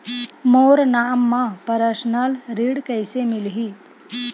मोर नाम म परसनल ऋण कइसे मिलही?